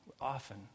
often